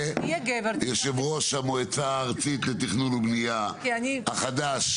ויושב ראש המועצה הארצית לתכנון ובנייה החדש,